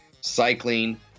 cycling